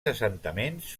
assentaments